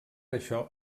això